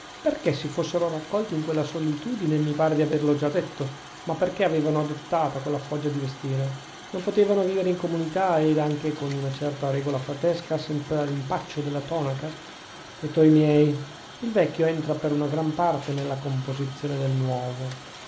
perchè si fossero raccolti in quella solitudine mi pare di averlo già detto ma perchè avevano adottata quella foggia di vestire non potevano vivere in comunità ed anche con una certa regola fratesca senza l'impaccio della tonaca lettori miei il vecchio entra per una gran parte nella composizione del nuovo